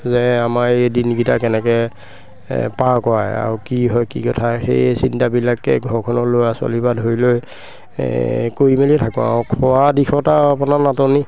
যে আমাৰ এই দিনকেইটা কেনেকৈ পাৰ কৰায় আৰু কি হয় কি কথা সেই চিন্তাবিলাকে ঘৰখনৰ ল'ৰা ছোৱালীৰ পৰা ধৰি লৈ এই কৰি মেলি থাকোঁ আৰু খোৱা দিশতো আপোনাৰ নাটনি